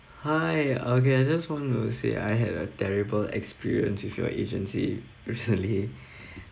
hi uh okay I just want to say I had a terrible experience with your agency recently